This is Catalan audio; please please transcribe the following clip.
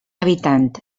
habitant